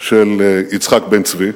של יצחק בן-צבי